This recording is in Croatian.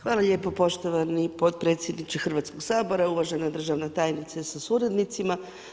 Hvala lijepo poštovani potpredsjedniče Hrvatskog sabora, uvažena državna tajnice sa suradnicima.